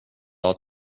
all